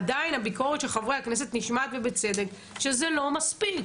עדיין הביקורת של חברי הכנסת נשמעת ובצדק שזה לא מספיק.